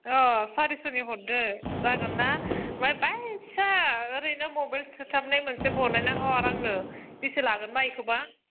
अ सारिस'नि हरदो जागोन ना ओमफ्राय बै फिसा ओरैनो मबाइल सोथारनाय मोनसे बानायना हर आंनो बेसे लागोन बा बेखौबा